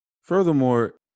Furthermore